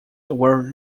were